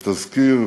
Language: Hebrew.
בתזכיר